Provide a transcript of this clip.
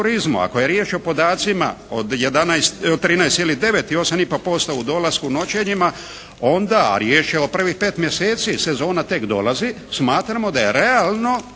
Ako je riječ o podacima od 13,9 i 8,5% u dolasku u noćenjima onda riječ je o prvih pet mjeseci, sezona tek dolazi, smatramo da je realno